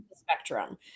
spectrum